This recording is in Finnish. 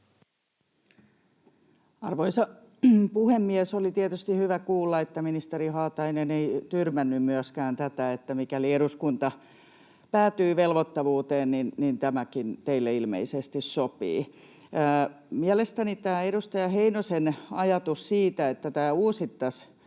Arvoisa puhemies! Oli tietysti hyvä kuulla, että ministeri Haatainen ei tyrmännyt myöskään tätä, mikäli eduskunta päätyy velvoittavuuteen, eli tämäkin teille ilmeisesti sopii. Mielestäni tämä edustaja Heinosen ajatus siitä, että tämä